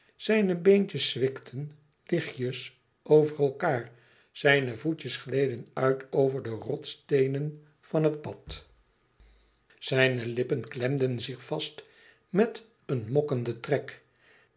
zijne beentjes zwikten lichtjes over elkaâr zijne voetjes gleden uit over de rotssteenen van het pad zijne lippen klemden zich vast met een mokkenden trek